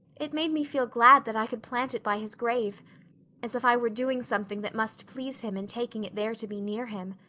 it made me feel glad that i could plant it by his grave as if i were doing something that must please him in taking it there to be near him.